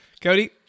Cody